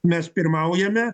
mes pirmaujame